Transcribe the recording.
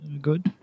good